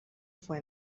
fue